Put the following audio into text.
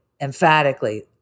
emphatically